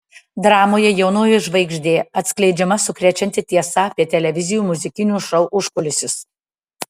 dramoje jaunoji žvaigždė atskleidžiama sukrečianti tiesa apie televizijų muzikinių šou užkulisius